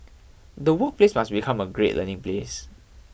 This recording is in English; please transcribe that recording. the workplace must become a great learning place